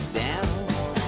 down